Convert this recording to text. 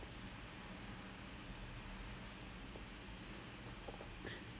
when you know when we were doing the the when the sub-committee thing was happening you know